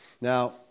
now